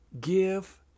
Give